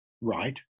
Right